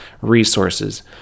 resources